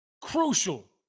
crucial